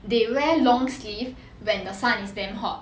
they wear long sleeve when the sun is damn hot